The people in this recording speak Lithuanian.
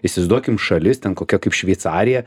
įsivaizduokim šalis ten kokia kaip šveicarija